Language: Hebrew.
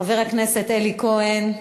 חבר הכנסת אלי כהן,